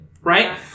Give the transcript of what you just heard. right